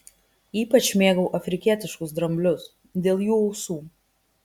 ypač mėgau afrikietiškus dramblius dėl jų ausų